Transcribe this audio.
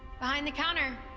behind the counter.